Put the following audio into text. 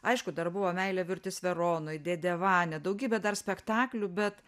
aišku dar buvo meilė mirtis veronoj dėdė vania daugybė dar spektaklių bet